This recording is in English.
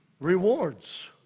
Rewards